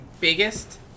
biggest